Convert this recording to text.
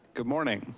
good morning.